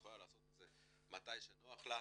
היא יכולה לעשות את זה מתי שנוח לה,